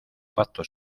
pacto